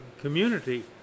community